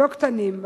לא קטנים.